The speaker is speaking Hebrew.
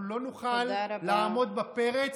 אנחנו לא נוכל לעמוד בפרץ,